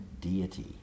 Deity